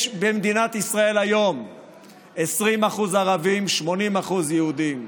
יש במדינת ישראל היום 20% ערבים, 80% יהודים,